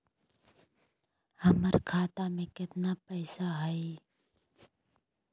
हमर खाता मे केतना पैसा हई?